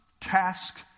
task